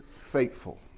faithful